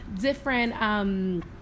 different